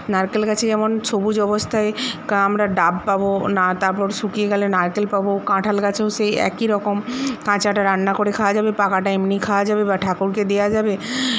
নারকেল গাছে যেমন সবুজ অবস্থায় কা আমরা ডাব পাবো না তারপর শুকিয়ে গেলে নারকেল পাবো কাঁঠাল গাছেও সেই একই রকম কাঁচাটা রান্না করে খাওয়া যাবে পাকাটা এমনি খাওয়া যাবে বা ঠাকুরকে দেওয়া যাবে